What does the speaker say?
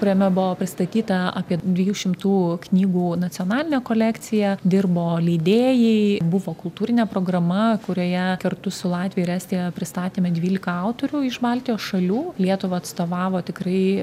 kuriame buvo pristatyta apie dviejų šimtų knygų nacionalinė kolekcija dirbo leidėjai buvo kultūrinė programa kurioje kartu su latvija ir estija pristatėme dvyliką autorių iš baltijos šalių lietuvą atstovavo tikrai